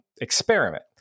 experiment